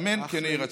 אמן, כן יהי רצון.